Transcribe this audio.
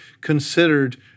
considered